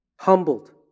Humbled